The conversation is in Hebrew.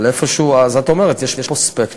אבל איפשהו, אז את אומרת: יש פה ספקטרום.